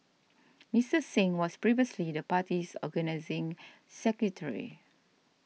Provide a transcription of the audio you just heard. Mister Singh was previously the party's organising secretary